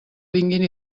vinguin